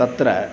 तत्र